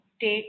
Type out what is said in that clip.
take